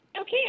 Okay